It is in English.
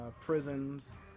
prisons